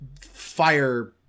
fire